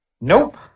nope